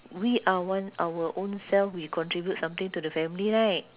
we are one our own self we contribute something to the family right